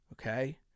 Okay